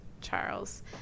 Charles